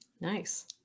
Nice